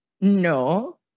no